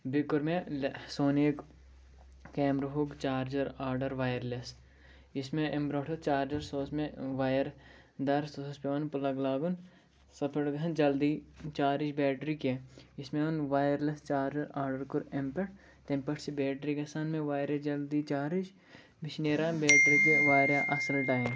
بیٚیہِ کوٚر مےٚ سونِیُک کیمرٕہُک چارجَر آرڈَر وایر لٮ۪س یُس مےٚ اَمہِ برونٛٹھ اوس چارجَر سُہ اوس مےٚ وایر دَار سُہ اوس پٮ۪وَان پٕلَگ لاگُن تَتھ پٮ۪ٹھ اوس گژھن جلدی چارٕج بیٹری کینٛہہ یُس مےٚ اوٚن وایَر لٮ۪س چارجَر آرڈَر کوٚر اَمہِ پٮ۪ٹھ تٔمۍ پٮ۪ٹھ چھِ بیٹری گژھان مےٚ واریاہ جلدی چارٕج مےٚ چھِ نیران بیٹری تہِ واریاہ اَصٕل ٹایِم